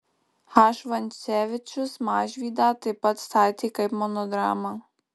h vancevičius mažvydą taip pat statė kaip monodramą